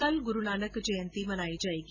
कल गुरूनानक जयंती मनाई जायेगी